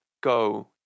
go